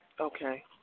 Okay